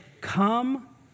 come